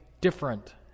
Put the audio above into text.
different